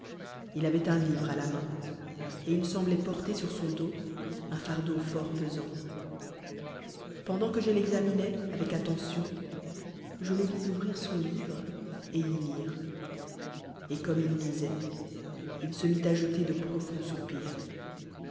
il avoél un livre à la main et il sembloitporter sur son dos un fardeau fort pesant pen o s le slu le a c dant que je l'examinais avec auen lion je le vis ouvrir sou livre et y lire et comme il lisait il se mit à jeter de profonds soupin